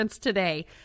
Today